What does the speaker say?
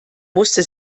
musste